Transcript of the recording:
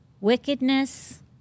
wickedness